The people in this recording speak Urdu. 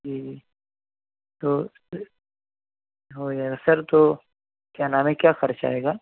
جی جی تو ہو جائے گا سر تو کیا نام ہے کیا خرچ آئے گا